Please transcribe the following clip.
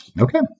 Okay